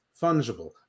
fungible